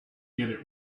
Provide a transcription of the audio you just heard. get